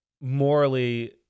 morally